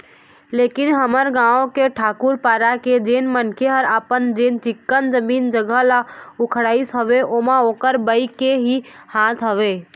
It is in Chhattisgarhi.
लेकिन हमर गाँव के ठाकूर पारा के जेन मनखे ह अपन जेन चिक्कन जमीन जघा ल उड़ाइस हवय ओमा ओखर बाई के ही हाथ हवय